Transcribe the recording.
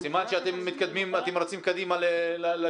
סימן שאתם רצים קדימה לכיוון.